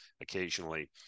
occasionally